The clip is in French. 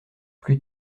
plus